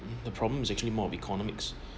the problem is actually more of economics